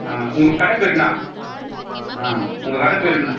ஆ உங்கள் கடை பெயரு என்ன ஆ உங்கள் கடை பெயரு என்ன